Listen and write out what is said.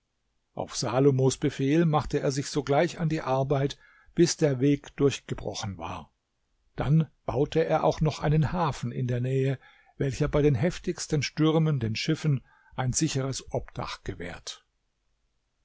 auf salomos befehl machte er sich sogleich an die arbeit bis der weg durchgebrochen war dann baute er auch noch einen hafen in der nähe welcher bei den heftigsten stürmen den schiffen ein sicheres obdach gewährt